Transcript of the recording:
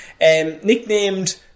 Nicknamed